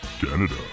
Canada